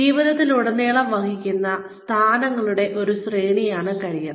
ജീവിതത്തിലുടനീളം വഹിക്കുന്ന സ്ഥാനങ്ങളുടെ ഒരു ശ്രേണിയാണ് കരിയർ